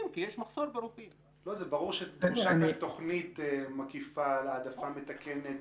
זה ברור שדרושה תוכנית מקיפה להעדפה מתקנת